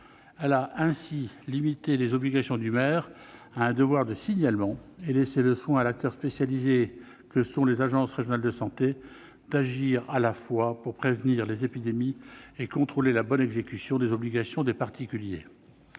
Elle a ainsi limité les obligations du maire à un devoir de signalement, et laissé le soin à l'acteur spécialisé qu'est l'agence régionale de santé d'agir à la fois pour prévenir les épidémies et contrôler la bonne exécution des obligations des particuliers.